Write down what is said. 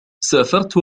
سافرت